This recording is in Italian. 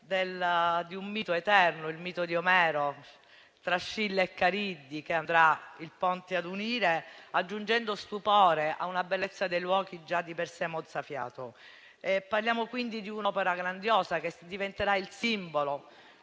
di un mito eterno, quello di Omero, di Scilla e Cariddi, che il Ponte andrà ad unire, aggiungendo stupore alla bellezza di luoghi già di per sé mozzafiato. Parliamo quindi di un'opera grandiosa che diventerà il simbolo